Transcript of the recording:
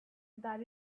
that